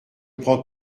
prends